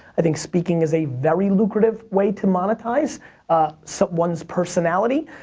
i think speaking is a very lucrative way to monetize ah so one's personality.